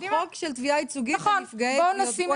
חוק של תביעה ייצוגית לנפגעי תביעות,